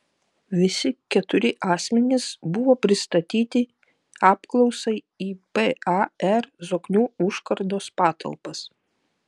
visi keturi asmenys buvo pristatyti apklausai į par zoknių užkardos patalpas